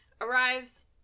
arrives